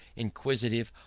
inquisitive,